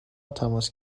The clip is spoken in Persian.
تماس